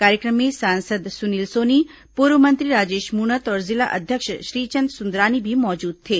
कार्यक्रम में सांसद सुनील सोनी पूर्व मंत्री राजेश मुणत और जिला अध्यक्ष श्रीचंद सुंदरानी भी मौजुद थे